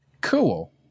Cool